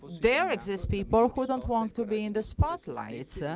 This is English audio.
there exist people who don't want to be in the spotlight.